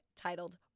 titled